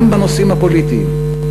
גם בנושאים הפוליטיים,